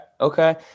okay